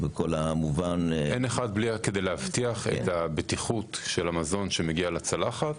כדי להבטיח את בטיחות המזון שמגיע לצלחת,